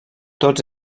tots